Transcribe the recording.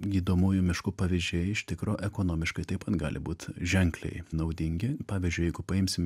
gydomųjų miškų pavyzdžiai iš tikro ekonomiškai taip pat gali būt ženkliai naudingi pavyzdžiui jeigu paimsim